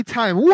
time